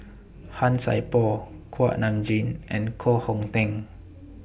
Han Sai Por Kuak Nam Jin and Koh Hong Teng